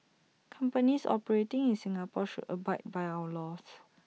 companies operating in Singapore should abide by our laws